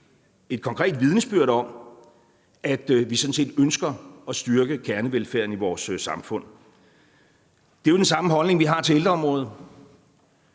et konkret vidnesbyrd om, at vi sådan set ønsker at styrke kernevelfærden i vores samfund. Det er jo den samme holdning, vi har til ældreområdet.